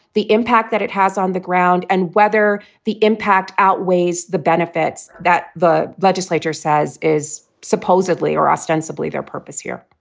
the impact that it has on the ground, and whether the impact outweighs the benefits that the legislature says is supposedly or ostensibly their purpose here